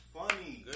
funny